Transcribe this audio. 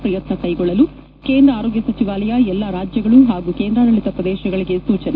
ಪ್ರಯತ್ನ ಕೈಗೊಳ್ಳಲು ಕೇಂದ್ರ ಆರೋಗ್ನ ಸಚಿವಾಲಯ ಎಲ್ಲ ರಾಜ್ನಗಳು ಮತ್ತು ಕೇಂದ್ರಾಡಳಿತ ಪ್ರದೇಶಗಳಿಗೆ ಸೂಚನೆ